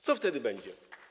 Co wtedy będzie?